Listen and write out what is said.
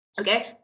Okay